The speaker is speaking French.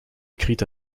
écrit